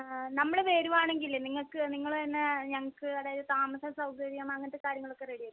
ആ നമ്മള് വറുവാണെങ്കില് നിങ്ങൾക്ക് നിങ്ങള് തന്നെ ഞങ്ങൾക്ക് അതായത് താമസ സൗകര്യം അങ്ങനത്തെ കാര്യങ്ങളൊക്കെ റെഡി ആക്കി തരുവോ